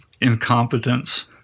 incompetence